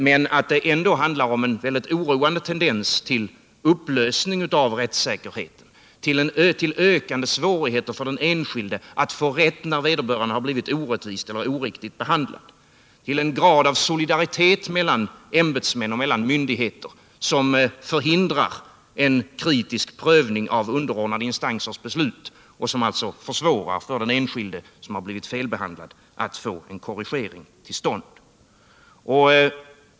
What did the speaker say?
—- men att det ändå handlar om en synnerligen oroande tendens till upplösning av rättssäkerheten, till ökande svårigheter för den enskilde att få rätt när vederbörande har blivit orättvist eller felaktigt behandlad, till en grad av solidaritet mellan ämbetsmän och myndigheter som förhindrar kritisk prövning av underordnade instansers beslut och som alltså försvårar för den enskilde som har blivit felbehandlad att få en korrigering till stånd.